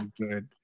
good